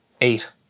eight